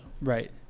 Right